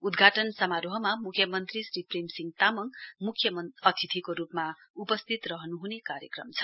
उद्घाटन समारोहमा मुख्यमन्त्री श्री प्रेमसिंह तामाङ मुख्यअतिथिको रूपमा उपस्थित रहन् हने कार्यक्रम छ